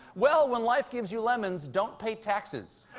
well, when life gives you lemons, don't pay taxes.